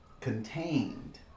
contained